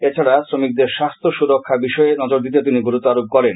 এছাড়া শ্রমিকদের স্বাস্থ্য সুরক্ষা বিষয়ে নজর দিতেও তিনি গুরুত্বারোপ করেন